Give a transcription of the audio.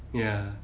ya